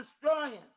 destroying